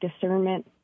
discernment